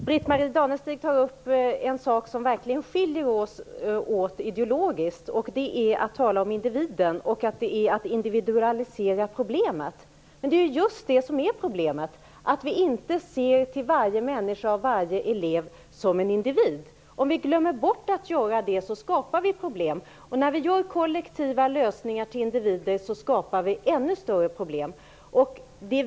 Fru talman! Britt-Marie Danestig-Olofsson tar upp något som ideologiskt verkligen skiljer oss åt. Det handlar då om talet om individen och om att individualisera problemet. Men problemet är just att vi inte ser till varje människa/elev som en individ. Vi skapar problem om vi glömmer bort det. När vi gör kollektiva lösningar för individer skapar vi ännu större problem.